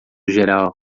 geral